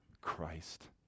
Christ